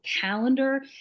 calendar